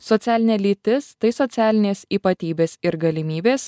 socialinė lytis tai socialinės ypatybės ir galimybės